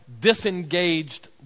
disengaged